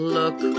look